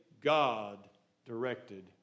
God-directed